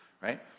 Right